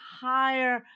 higher